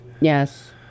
Yes